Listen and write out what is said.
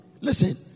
listen